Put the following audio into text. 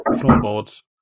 floorboards